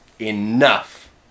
enough